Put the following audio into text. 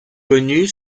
connu